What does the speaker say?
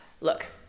Look